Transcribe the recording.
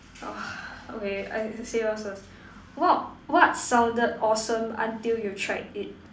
oh okay I I say yours first what what sounded awesome until you tried it